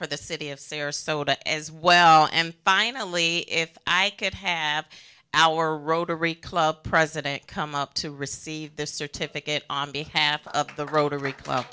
for the city of sarasota as well and finally if i could have our road or a club president come up to receive the certificate on behalf of the rotary club